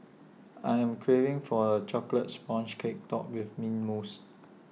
I am craving for A Chocolate Sponge Cake Topped with Mint Mousse